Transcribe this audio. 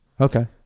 Okay